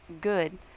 good